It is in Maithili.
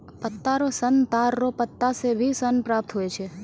पत्ता रो सन ताड़ रो पत्ता से भी सन प्राप्त हुवै छै